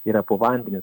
yra po vandeniu tai